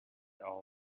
all